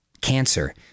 cancer